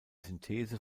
synthese